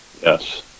yes